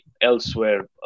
elsewhere